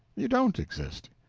you don't exist,